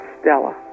Stella